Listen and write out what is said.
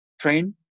train